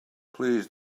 please